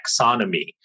taxonomy